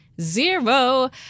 zero